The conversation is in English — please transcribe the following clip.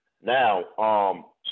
Now